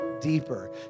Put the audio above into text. deeper